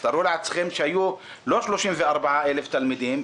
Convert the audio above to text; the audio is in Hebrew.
אז תארו לעצמכם שהיו לא 34,000 תלמידים,